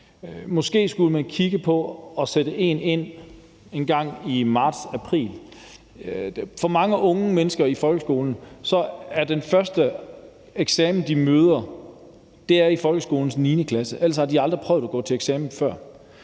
Måske skulle man kigge på at lægge en eksamen ind engang i marts-april. For mange unge mennesker i folkeskolen er den første eksamen, de møder, i folkeskolens 9. klasse, og ellers har de aldrig prøvet at gå til eksamen før,